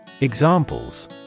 Examples